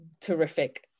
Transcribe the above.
terrific